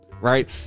right